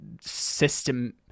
system